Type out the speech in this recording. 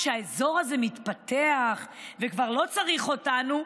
כשהאזור הזה מתפתח וכבר לא צריך אותנו,